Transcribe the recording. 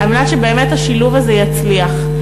על מנת שבאמת השילוב הזה יצליח.